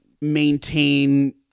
maintain